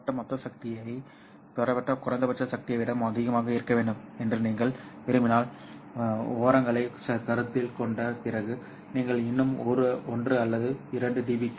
பெறப்பட்ட மொத்த சக்தியை பெறப்பட்ட குறைந்தபட்ச சக்தியை விட அதிகமாக இருக்க வேண்டும் என்று நீங்கள் விரும்பினால் ஓரங்களை கருத்தில் கொண்ட பிறகு நீங்கள் இன்னும் 1 அல்லது 2 dB